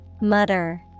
Mutter